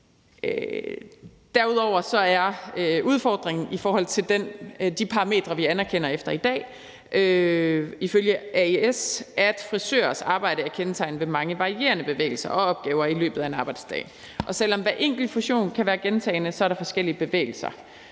derudover er udfordringen i forhold til de parametre, vi anerkender efter i dag, ifølge AES, at frisørers arbejde er kendetegnet ved mange varierende bevægelser og opgaver i løbet af en arbejdsdag, og selv om hver enkelt funktion kan være gentagen, så er der forskellige bevægelser